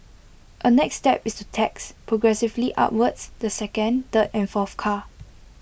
A next step is to tax progressively upwards the second third and fourth car